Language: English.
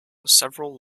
several